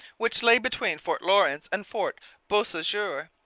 which lay between fort lawrence and fort beausejour.